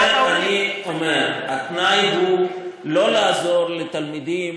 לכן אני אומר, התנאי הוא לא לעזור לתלמידים